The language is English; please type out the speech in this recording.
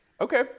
Okay